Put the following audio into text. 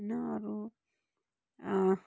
होइन अरू